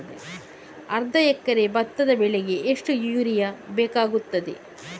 ಅರ್ಧ ಎಕರೆ ಭತ್ತ ಬೆಳೆಗೆ ಎಷ್ಟು ಯೂರಿಯಾ ಬೇಕಾಗುತ್ತದೆ?